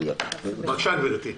בבקשה גברתי.